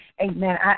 amen